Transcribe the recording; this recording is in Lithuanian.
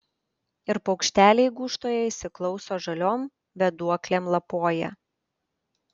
ir paukšteliai gūžtoje įsiklauso žaliom vėduoklėm lapoja